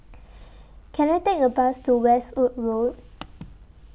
Can I Take A Bus to Westwood Road